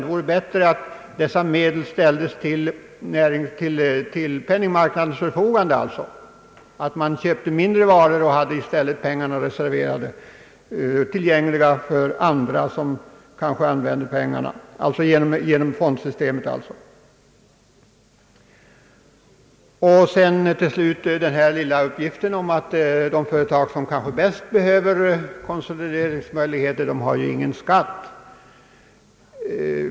Det vore bättre att konsolideringen kunde ske över ett konto, då stode medlen till penningmarknadens förfogande. Till slut några ord om uppgiften att de företag som kanske bäst behöver konsolideringsmöjligheter inte har någon inkomst att sätta av till ett konto.